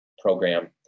program